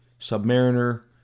Submariner